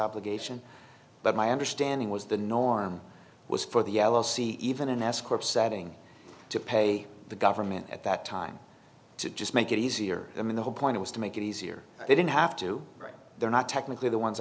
obligation but my understanding was the norm was for the l l c even an escort setting to pay the government at that time to just make it easier i mean the whole point was to make it easier they didn't have to write they're not technically the one